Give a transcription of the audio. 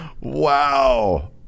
Wow